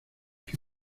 que